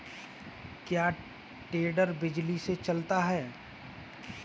क्या टेडर बिजली से चलता है?